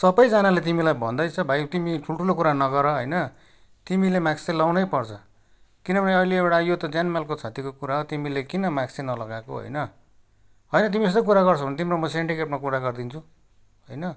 सबैजनाले तिमीलाई भन्दैछ भाइ तिमी ठुल्ठुलो कुरा नगर होइन तिमीले माक्स चाहिँ लगाउनै पर्छ किनभनेअहिले एउटा यो त ज्यानमालको क्षतिको कुरा हो तिमीले किन माक्स चाहिँ नलगाएको होइन होइन तिमी यस्तो कुरा गर्छौ भने तिम्रो म सेन्डिकेटमा कुरा गरिदिन्छु होइन